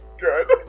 Good